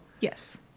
yes